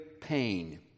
pain